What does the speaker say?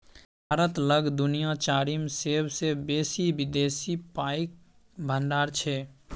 भारत लग दुनिया चारिम सेबसे बेसी विदेशी पाइक भंडार छै